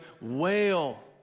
wail